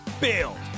build